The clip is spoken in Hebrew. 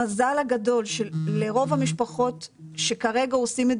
המזל הגדול שלרוב המשפחות שכרגע עושים את